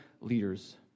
leaders